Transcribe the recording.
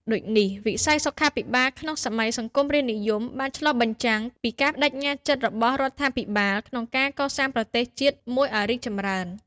ដូចនេះ វិស័យសុខាភិបាលក្នុងសម័យសង្គមរាស្រ្តនិយមបានឆ្លុះបញ្ចាំងពីការប្តេជ្ញាចិត្តរបស់រដ្ឋាភិបាលក្នុងការកសាងប្រទេសជាតិមួយឱ្យរីកចម្រើន។